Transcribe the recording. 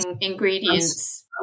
ingredients